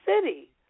city